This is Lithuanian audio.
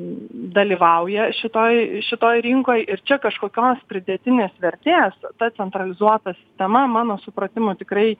dalyvauja šitoj šitoj rinkoj ir čia kažkokios pridėtinės vertės ta centralizuota sistema mano supratimu tikrai